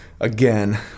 again